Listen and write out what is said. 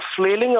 flailing